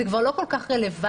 זה כבר לא כל כך רלוונטי.